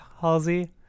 Halsey